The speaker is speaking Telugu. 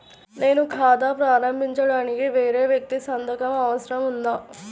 నేను ఖాతా ప్రారంభించటానికి వేరే వ్యక్తి సంతకం అవసరం ఉందా?